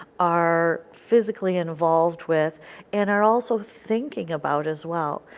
are physically involved with and are also thinking about as well.